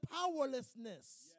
powerlessness